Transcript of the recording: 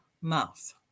mouth